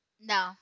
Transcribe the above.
No